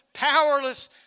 powerless